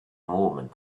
movement